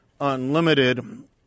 Unlimited